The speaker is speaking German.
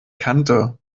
kannte